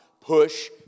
push